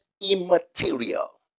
immaterial